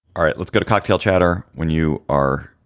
all right. let's go to cocktail chatter. when you are.